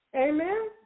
Amen